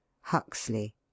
Huxley